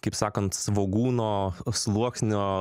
kaip sakant svogūno sluoksnio